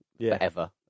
forever